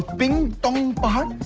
ping tong pahad.